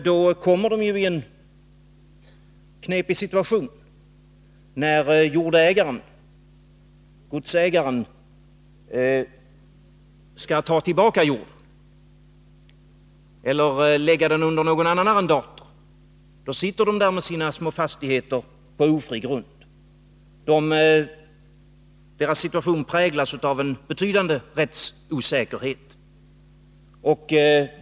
Då kommer deien knepig situation, när godsägaren skall ta tillbaka jorden eller lägga den under någon annan arrendator. Då sitter de där med sina små fastigheter på ofri grund. Deras situation präglas av en betydande rättsosäkerhet.